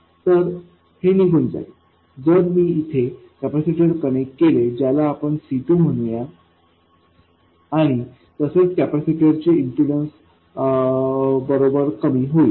तर हे निघून जाईल जर मी इथे कपॅसिटर कनेक्ट केले ज्याला आपण C2म्हणूया आणि तसेच कपॅसिटरचे इम्पीडन्स बरोबर कमी होईल